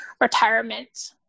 retirement